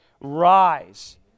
rise